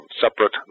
separate